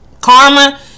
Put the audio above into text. Karma